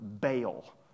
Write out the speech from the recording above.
bail